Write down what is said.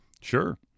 Sure